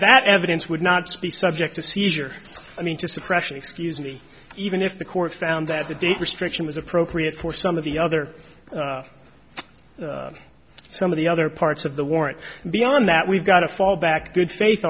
that evidence would not speak subject to seizure i mean to suppression excuse me even if the court found that the date restriction is appropriate for some of the other some of the other parts of the warrant beyond that we've got a fallback good faith